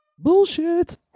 bullshit